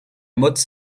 motte